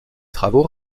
travaux